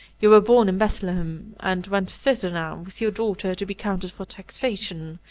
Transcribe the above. you were born in bethlehem, and wend thither now, with your daughter, to be counted for taxation,